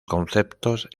conceptos